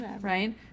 right